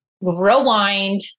Rewind